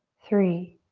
three,